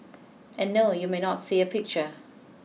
and no you may not see a picture